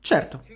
Certo